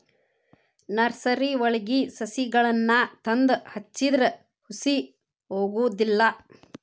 ನರ್ಸರಿವಳಗಿ ಸಸಿಗಳನ್ನಾ ತಂದ ಹಚ್ಚಿದ್ರ ಹುಸಿ ಹೊಗುದಿಲ್ಲಾ